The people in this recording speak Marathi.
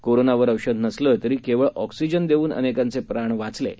कोरोनावर औषध नसले तरी केवळ ऑक्सिजन देऊन अनेकांचे प्राण वाचले आहेत